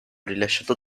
rilasciato